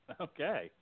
Okay